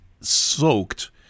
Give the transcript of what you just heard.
soaked